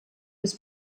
was